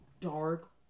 dark